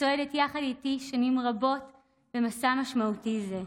הצועדת יחד איתי שנים רבות במסע משמעותי זה.